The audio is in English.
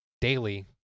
daily